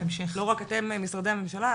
לא רק אתם משרדי הממשלה,